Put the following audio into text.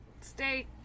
stay